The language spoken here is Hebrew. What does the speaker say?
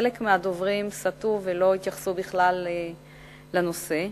חלק מהדוברים סטו ולא התייחסו לנושא כלל,